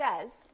says